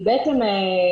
בעצם,